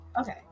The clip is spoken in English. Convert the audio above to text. okay